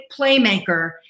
playmaker